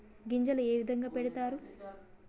గింజలు ఏ విధంగా పెడతారు?